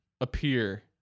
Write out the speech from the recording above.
appear